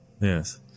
Yes